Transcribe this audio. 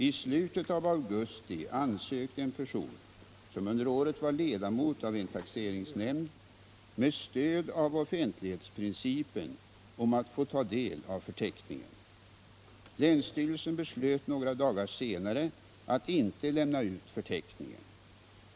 I slutet av augusti ansökte en person, som under året var ledamot av en taxeringsnämnd, med stöd av offentlighetsprincipen om att få ta del av förteckningen. Länsstyrelsen beslöt några dagar senare att inte lämna ut förteckningen.